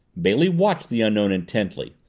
bailey watched the unknown intently.